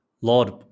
Lord